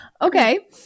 Okay